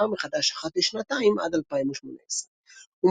ונבחר מחדש אחת לשנתיים עד 2018. הוא